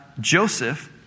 Joseph